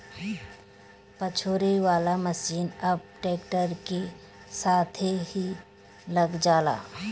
पछोरे वाला मशीन अब ट्रैक्टर के साथे भी लग जाला